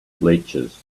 bleachers